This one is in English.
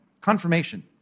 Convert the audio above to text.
Confirmation